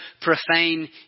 profane